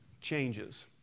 changes